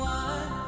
one